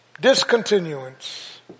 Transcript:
discontinuance